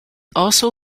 also